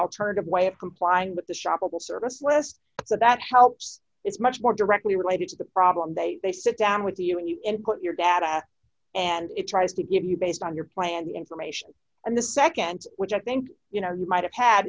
alternative way of complying with the shop will service less so that helps is much more directly related to the problem they they sit down with you and you input your data and it tries to give you based on your plan the information and the nd which i think you know you might have had